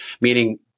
meaning